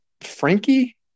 Frankie